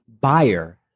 buyer